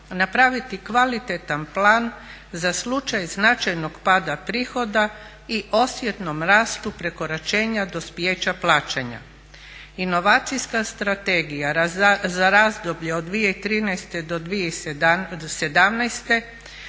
napraviti kvalitetan plan za slučaj značajnog pada prihoda i osjetnom rastu prekoračenja dospijeća plaćanja. Inovacijska strategija za razdoblje od 2013. do